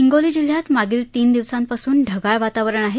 हिंगोली जिल्ह्यात मागील तीन दिवसापासून ढगाळ वातावरण आहे